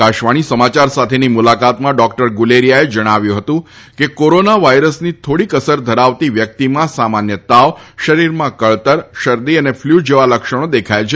આકાશવાણી સમાચાર સાથેની મુલાકાતમાં ડોક્ટર ગુલેરીયાએ જણાવ્યું હતું કે કોરોના વાયરસની થોડીક અસર ધરાવતી વ્યક્તિમાં સામાન્ય તાવ શરીરમાં કળતર શર્દી અને ફલ્યુ જેવા લક્ષણો દેખાય છે